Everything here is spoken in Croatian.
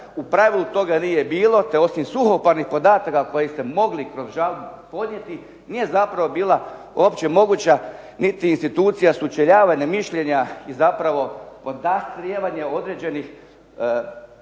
U pravilu toga nije bilo te osim suhoparnih podataka koje ste mogli kroz žalbu podnijeti nije zapravo bila opće moguća niti institucija sučeljavanja mišljenja i zapravo podastrijevanje određenih,